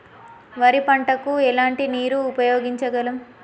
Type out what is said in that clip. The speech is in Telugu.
వరి పంట కు ఎలాంటి నీరు ఉపయోగించగలం?